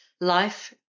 life